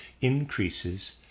increases